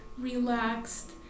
relaxed